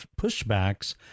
pushbacks